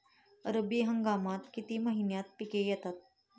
रब्बी हंगामात किती महिन्यांत पिके येतात?